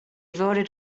voted